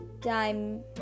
time